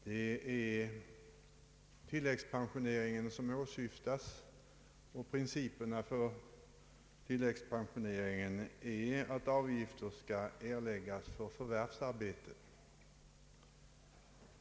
Det är tilläggspensioneringen som åsyftas, och principerna för denna är att avgifter skall erläggas för inkomst av förvärvsarbete.